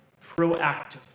proactive